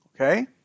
Okay